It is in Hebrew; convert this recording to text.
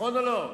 נכון או לא?